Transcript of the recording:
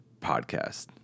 podcast